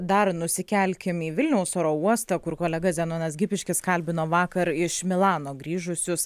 dar nusikelkim į vilniaus oro uostą kur kolega zenonas gipiškis kalbino vakar iš milano grįžusius